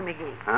McGee